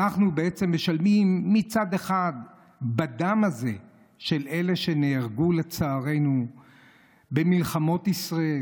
אנחנו בעצם משלמים מצד אחד בדם הזה של אלה שנהרגו לצערנו במלחמות ישראל,